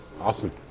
Awesome